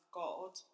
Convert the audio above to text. god